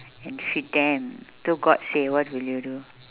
and feed them so god say what will you do